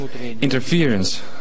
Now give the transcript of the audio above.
Interference